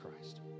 Christ